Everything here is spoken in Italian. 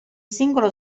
singolo